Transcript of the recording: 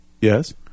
Yes